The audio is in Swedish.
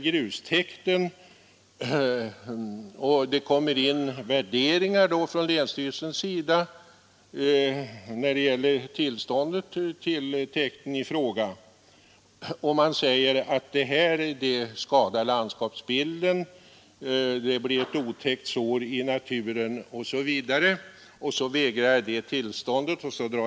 Men om jag begär tillstånd från länsstyrelsen för upptagande av grustäkten, och länsstyrelsen anser att detta skadar landskapsbilden, så vägras mig tillståndet.